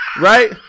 Right